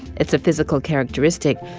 it's a physical characteristic.